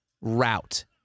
route